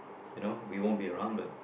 you know we won't be around but